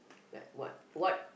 like what what